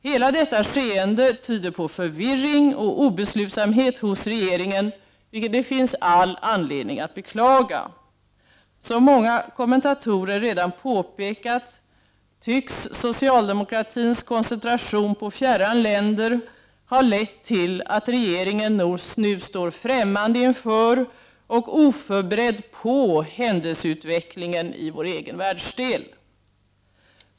Hela detta skeende tyder på förvirring och obeslutsamhet hos regeringen, vilket det finns all anledning att beklaga. Som många kommentatorer redan påpekat tycks socialdemokratins koncentration på fjärran länder ha lett till att regeringen nu står ffämmande inför och oförberedd på händelseutvecklingen i vår egen världsdel.